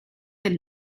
del